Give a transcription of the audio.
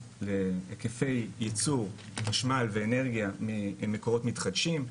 להיקפי יצור חשמל ואנרגיה ממקורות מתחדשים,